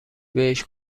بهش